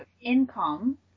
income